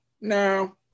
no